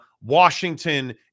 Washington